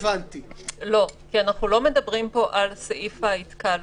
4, סעיף ההתקהלות,